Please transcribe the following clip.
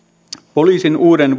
poliisin uuden